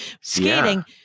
skating